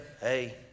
hey